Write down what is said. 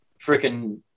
freaking